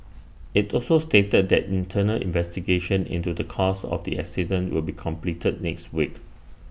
IT also stated that internal investigations into the cause of the accident will be completed next week